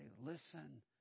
listen